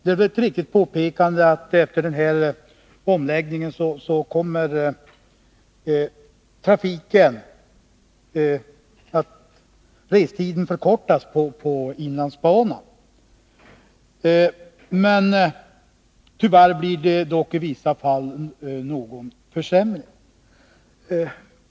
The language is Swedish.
Det är ett riktigt påpekande att restiden på inlandsbanan kommer att förkortas efter denna omläggning men att det tyvärr i vissa fall blir någon försämring.